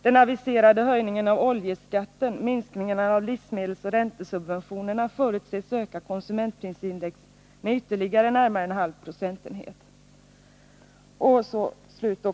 Den aviserade höjningen av oljeskatten, minskningarna av livsmedelsoch räntesubventionerna förutses öka konsumentprisindex med ytterligare närmare en halv procentenhet.